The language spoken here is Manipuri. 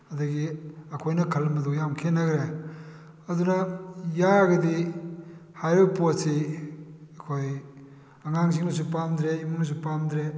ꯑꯗꯨꯗꯒꯤ ꯑꯩꯈꯣꯏꯅ ꯈꯜꯂꯝꯕꯗꯨꯒ ꯌꯥꯝꯅ ꯈꯦꯠꯅꯒꯈꯔꯦ ꯑꯗꯨꯅ ꯌꯥꯔꯒꯗꯤ ꯍꯥꯏꯔꯤꯕ ꯄꯣꯠꯁꯤ ꯑꯩꯈꯣꯏ ꯑꯉꯥꯡꯁꯤꯡꯅꯁꯨ ꯄꯥꯝꯗ꯭ꯔꯦ ꯏꯃꯨꯡꯅꯁꯨ ꯄꯥꯝꯗ꯭ꯔꯦ